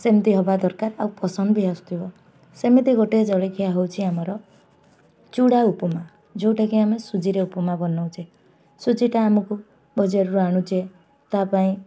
ସେମିତି ହବା ଦରକାର ଆଉ ପସନ୍ଦ ବି ଆସୁଥିବ ସେମିତି ଗୋଟେ ଜଳଖିଆ ହେଉଛି ଆମର ଚୁଡ଼ା ଉପମା ଯେଉଁଟାକି ଆମେ ସୁଜିରେ ଉପମା ବନଉଛେ ସୁଜିଟା ଆମକୁ ବଜାରରୁ ଆଣୁଛେ ତା ପାଇଁ